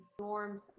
norms